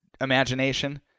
imagination